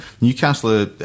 Newcastle